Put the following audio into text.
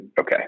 okay